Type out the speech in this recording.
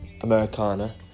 Americana